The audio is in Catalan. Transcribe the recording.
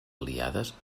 aliades